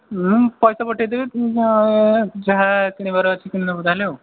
ମୁଁ ପଇସା ପଠାଇ ଦେବି ତୁ ଯାହା କିଣିବାର ଅଛି କିଣି ନେବୁ ତା'ହେଲେ ଆଉ